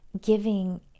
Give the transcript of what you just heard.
giving